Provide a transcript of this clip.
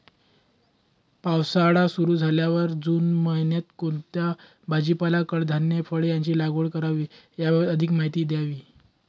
पावसाळा सुरु झाल्यावर जून महिन्यात कोणता भाजीपाला, कडधान्य, फळे यांची लागवड करावी याबाबत अधिक माहिती द्यावी?